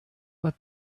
let